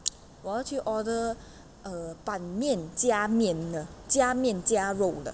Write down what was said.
我要去 order err 版面加面的加面加肉的